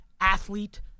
athlete